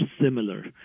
similar